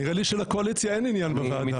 נראה לי שלקואליציה אין עניין בוועדה.